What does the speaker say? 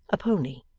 a pony.